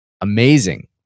amazing